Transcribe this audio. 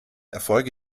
erfolge